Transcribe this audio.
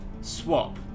swap